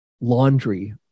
laundry